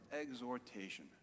exhortation